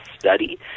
study